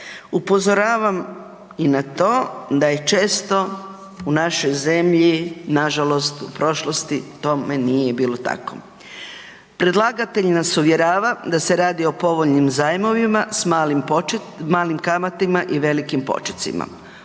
Upozoravam i na to da je često u našoj zemlji nažalost u prošlosti tome nije bilo tako. Predlagatelj nas uvjerava da se radi o povoljnim zajmovima s malim kamatama i velikim počecima,